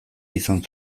izan